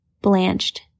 blanched